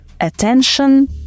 attention